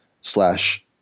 slash